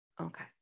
Okay